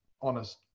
honest